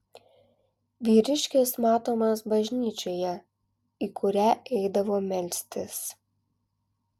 vyriškis matomas bažnyčioje į kurią eidavo melstis